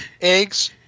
eggs